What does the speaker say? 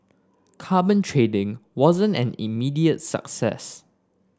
carbon trading wasn't an immediate success